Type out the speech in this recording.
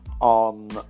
on